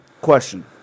Question